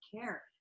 care